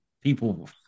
people